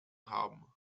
haben